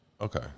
Okay